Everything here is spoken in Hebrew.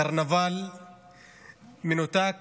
קרנבל מנותק